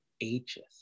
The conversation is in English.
ages